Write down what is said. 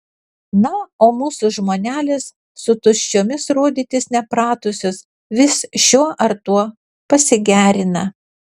na o mūsų žmonelės su tuščiomis rodytis nepratusios vis šiuo ar tuo pasigerina